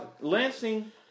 Lansing